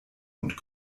und